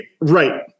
Right